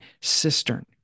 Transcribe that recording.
cistern